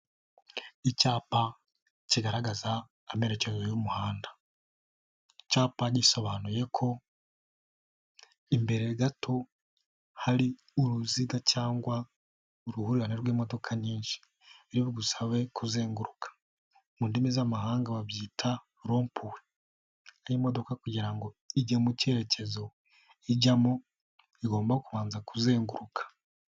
Icyapa kigaragaza amerekezo y'umuhanda, icyapa gisobanuye ko imbere gato hari uruziga cyangwa uruhurirane rw'imodoka nyinshi biri bugusabe kuzenguruka, mu ndimi z'amahanga babyita ropuwe, imodoka kugira ngo ijye mu cyerekezo ijyamo igomba kubanza kuzenguruka.